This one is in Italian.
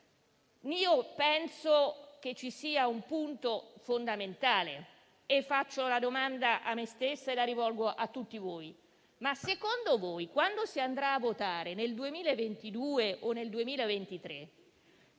Penso che ci sia un punto fondamentale. Pongo la domanda a me stessa e la rivolgo a tutti voi. Secondo voi, quando si andrà a votare, nel 2022 o nel 2023,